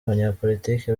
banyapolitiki